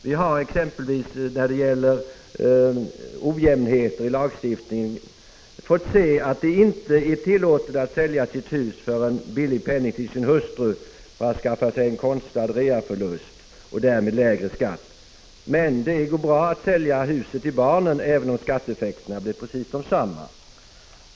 Vi har exempelvis när det gäller ojämnheter i lagstiftningen fått se att det inte är tillåtet att sälja sitt hus för en billig penning till sin hustru för att skaffa sig en konstlad reaförlust och därmed lägre skatt, men det går bra att sälja huset till barnen även om skatteeffekterna blir precis desamma.